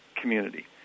community